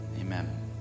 amen